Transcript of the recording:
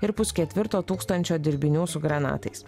ir pusketvirto tūkstančio dirbinių su granatais